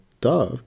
duh